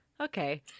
okay